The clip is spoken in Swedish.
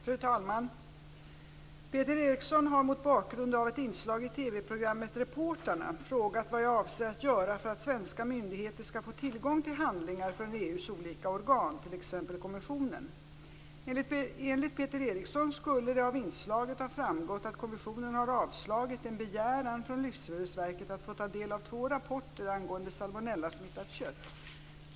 Fru talman! Peter Eriksson har mot bakgrund av ett inslag i TV-programmet Reportrarna frågat vad jag avser att göra för att svenska myndigheter skall få tillgång till handlingar från EU:s olika organ, t.ex. kommissionen. Enligt Peter Eriksson skulle det av inslaget ha framgått att kommissionen har avslagit en begäran från Livsmedelsverket att få ta del av två rapporter angående salmonellasmittat kött.